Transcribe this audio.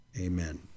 Amen